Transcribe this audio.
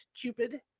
Cupid